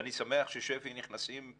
ואני שמח ששפ"י נכנסים.